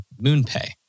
MoonPay